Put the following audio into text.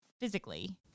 physically